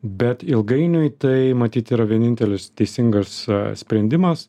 bet ilgainiui tai matyt yra vienintelis teisingas sprendimas